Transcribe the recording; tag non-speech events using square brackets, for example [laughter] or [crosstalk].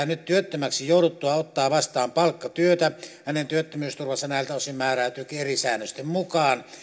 [unintelligible] nyt työttömäksi jouduttuaan ottaa vastaan palkkatyötä hänen työttömyysturvansa näiltä osin määräytyykin eri säännösten mukaan